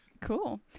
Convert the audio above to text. Cool